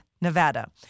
Nevada